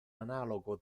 analogo